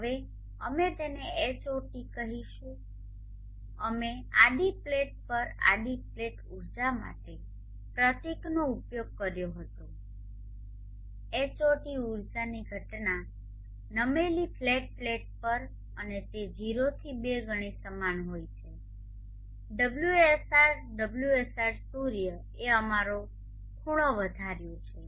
હવે અમે તેને Hot કહીશું હો અમે આડી પ્લેટ પર આડી પ્લેટ ઉર્જા માટે પ્રતીકનો ઉપયોગ કર્યો હતો Hot ઉર્જાની ઘટના નમેલી ફ્લેટ પ્લેટ પર અને તે 0 થી 2 ગણી સમાન હોય છે ωsr ωsr સૂર્ય એ અમારું ખૂણો વધાર્યો છે